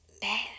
bad